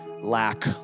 lack